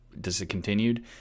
discontinued